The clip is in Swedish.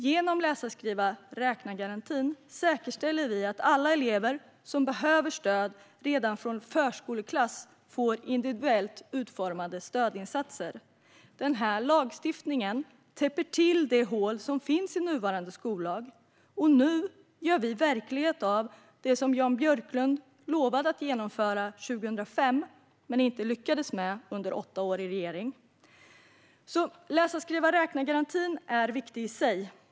Genom läsa-skriva-räkna-garantin säkerställer vi att alla elever som behöver stöd redan från förskoleklass får individuellt utformade stödinsatser. Denna lagstiftning täpper till det hål som finns i nuvarande skollag. Och nu gör vi verklighet av det som Jan Björklund lovade att genomföra 2005 men som han inte lyckades med under åtta år i regering. Läsa-skriva-räkna-garantin är viktig i sig.